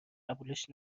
قبولش